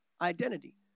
identity